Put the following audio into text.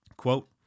Quote